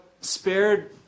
spared